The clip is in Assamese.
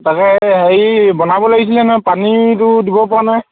তাকে হেৰি বনাব লাগিছিলে নহয় পানীটো দিবপৰা নাই